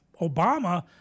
obama